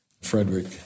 Frederick